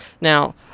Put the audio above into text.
Now